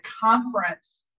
conference